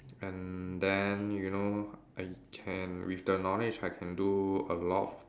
and then you know I can with the knowledge I can do a lot